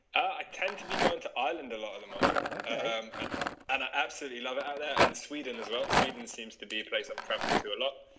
i tend to be going to ireland a lot the moment um and and i absolutely love it and and sweden as well sweden seems to database i'm traveling to a lot